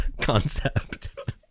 concept